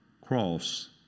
cross